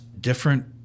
different